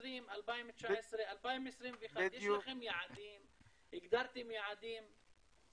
2020, 2019, 2021, יש לכם יעדים?, הגדרתם יעדים?